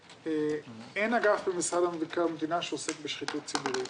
אין אגף במשרד מבקר המדינה שעוסק בשחיתות ציבורית.